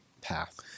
path